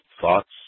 thoughts